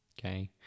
Okay